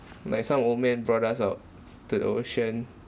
like some old man brought us out to the ocean